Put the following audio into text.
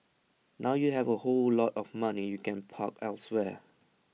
now you have A whole lot of money you can park elsewhere